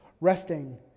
resting